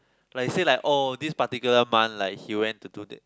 like say like oh this particular month like he went to do that